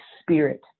spirit